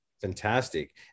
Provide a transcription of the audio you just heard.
Fantastic